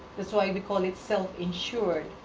that's why we call it self-insured.